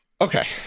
Okay